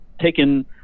taken